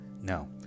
No